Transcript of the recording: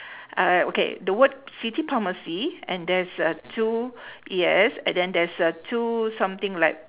uh okay the word city pharmacy and there's a two yes and then there's a two something like